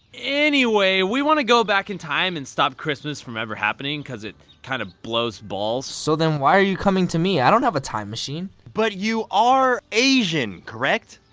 anyway, we want to go back in time and stop christmas from ever happening. cuz' it kind of blows balls. so then why are you coming to me? i don't have a time machine. but you are asian, correct?